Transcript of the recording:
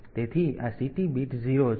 તેથી આ CT bit 0 છે